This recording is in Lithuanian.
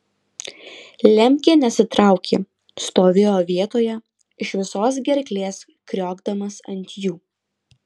lemkė nesitraukė stovėjo vietoje iš visos gerklės kriokdamas ant jų